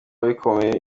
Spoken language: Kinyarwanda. ibikomeye